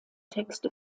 texte